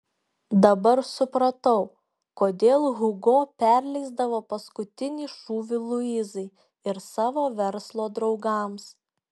dabar supratau kodėl hugo perleisdavo paskutinį šūvį luizai ir savo verslo draugams